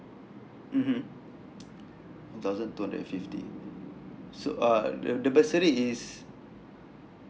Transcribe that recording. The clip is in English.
mmhmm one thousand two hundred and fifty so uh the the bursary is